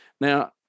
now